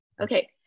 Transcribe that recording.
Okay